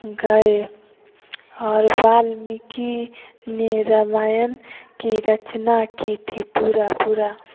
गए और वाल्मीकि ने रामायण की रचना की थी पूरा पूरा